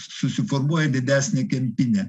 susiformuoja didesnė kempinė